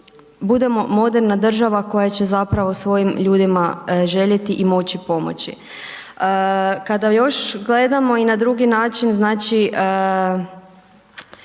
budemo moderna država koja će zapravo svojim ljudima željeti i moći pomoći. Kada još gledamo i na drugi način, znači,